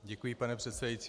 Děkuji, pane předsedající.